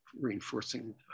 reinforcing